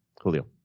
Julio